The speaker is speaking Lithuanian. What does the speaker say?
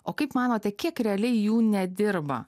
o kaip manote kiek realiai jų nedirba